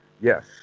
Yes